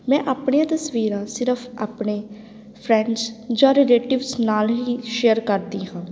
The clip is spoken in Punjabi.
ਮੈਂ ਆਪਣੀਆਂ ਤਸਵੀਰਾਂ ਸਿਰਫ ਆਪਣੇ ਫਰੈਂਡਸ ਜਾਂ ਰਿਲੇਟਿਵਸ ਨਾਲ ਹੀ ਸ਼ੇਅਰ ਕਰਦੀ ਹਾਂ